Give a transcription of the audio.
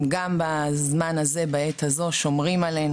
הם גם בזמן הזה ובעת הזו שומרים עלינו,